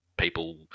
People